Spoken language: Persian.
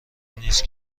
نیست